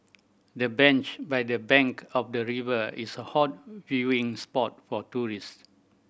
the bench by the bank of the river is a hot viewing spot for tourist